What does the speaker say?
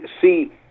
see